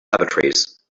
laboratories